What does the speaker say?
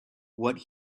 what